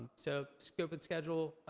so, scope and schedule,